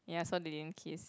ya so they didn't kiss